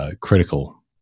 Critical